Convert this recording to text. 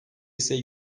ise